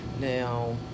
Now